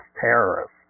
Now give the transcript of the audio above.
terrorists